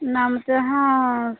ନା ମୋତେ ହଁ